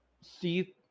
see